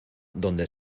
donde